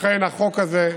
לכן, החוק הזה,